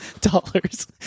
dollars